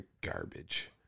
garbage